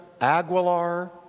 Aguilar